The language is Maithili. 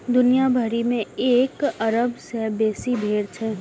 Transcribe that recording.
दुनिया भरि मे एक अरब सं बेसी भेड़ छै